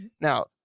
Now